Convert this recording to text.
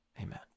Amen